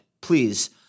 please